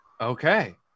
Okay